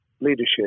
leadership